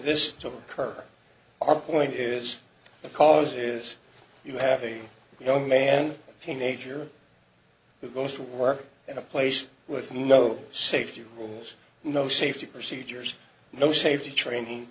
this to occur our point is the cause is you have a young man teenager who goes to work in a place with no safety rules no safety procedures no safety training